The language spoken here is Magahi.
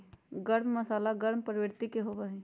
गर्म मसाला गर्म प्रवृत्ति के होबा हई